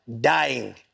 dying